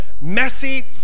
messy